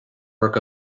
work